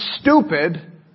stupid